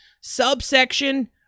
subsection